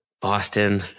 Boston